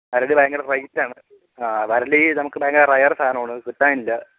അരളി ഭയങ്കര റേറ്റ് ആണ് ആ അരുളി നമുക്ക് ഭയങ്കര റെയറ് സാധനമാണ് കിട്ടാൻ ഇല്ല